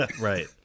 right